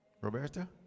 roberta